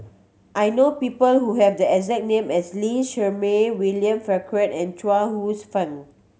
I know people who have the exact name as Lee Shermay William Farquhar and Chuang Hsueh Fang